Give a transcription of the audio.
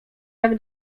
jak